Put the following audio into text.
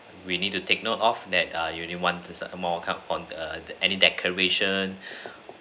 we need to take note of that you didn't want to set them all come from the the any decoration